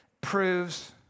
proves